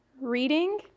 reading